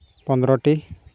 ᱯᱚᱱᱨᱚᱴᱤ